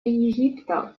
египта